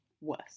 worse